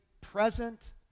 present